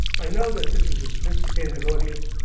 i know that this is a sophisticated audience,